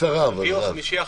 ביום חמישי האחרון,